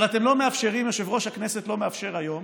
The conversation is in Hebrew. אבל אתם לא מאפשרים, יושב-ראש הכנסת לא מאפשר היום